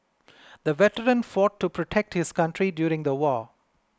the veteran fought to protect his country during the war